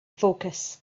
focus